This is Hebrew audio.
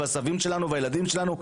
הסבים שלנו והילדים שלנו.